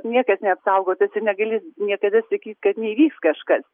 niekas neapsaugotas ir negali niekada sakyt kad neįvyks kažkas